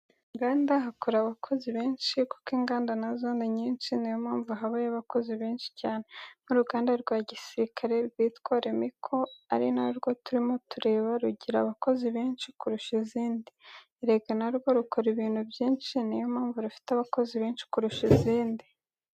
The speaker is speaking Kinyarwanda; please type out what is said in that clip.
Mu nganda hakora abakozi benshi kuko inganda nazo ni nyinshi ni yo mpamvu habayo abakozi benshi cyane. Nk'uruganda rwa gisirikare rwitwa Remiko ari na rwo turimo tureba, rugira abakozi benshi kurusha izindi. Erega na rwo rukora ibintu byinshi ni yo mpamvu rufite abakozi benshi kurusha izindi.